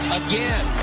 again